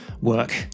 work